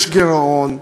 יש גירעון,